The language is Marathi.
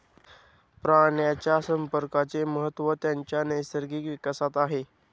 प्राण्यांच्या संप्रेरकांचे महत्त्व त्यांच्या नैसर्गिक विकासात आहे